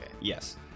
Yes